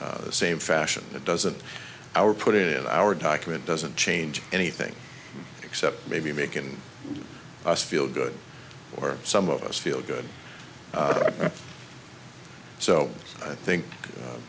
same fashion that doesn't our put in our document doesn't change anything except maybe making us feel good or some of us feel good so i think